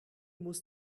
muss